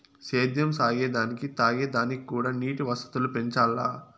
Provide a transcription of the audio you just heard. సేద్యం సాగే దానికి తాగే దానిక్కూడా నీటి వసతులు పెంచాల్ల